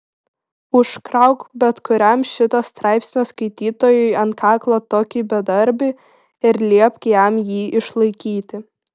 užkrauk bet kuriam šito straipsnio skaitytojui ant kaklo tokį bedarbį ir liepk jam jį išlaikyti